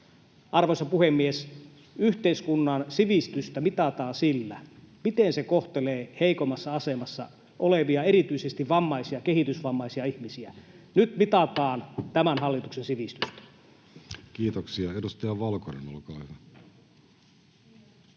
Arvoisa puhemies! Yhteiskunnan sivistystä mitataan sillä, miten se kohtelee heikoimmassa asemassa olevia, erityisesti vammaisia ja kehitysvammaisia ihmisiä. Nyt mitataan tämän hallituksen sivistystä. Kiitoksia. — Edustaja Valkonen, olkaa hyvä.